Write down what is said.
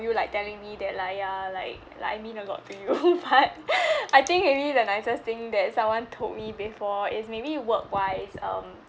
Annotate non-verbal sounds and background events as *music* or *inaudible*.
you like telling me that like ya like like I mean a lot to you *laughs* but *breath* I think maybe the nicest thing that someone told me before is maybe work wise um